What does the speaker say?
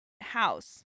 house